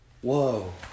Whoa